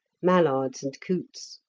mallards, and coots.